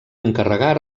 encarregar